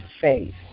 faith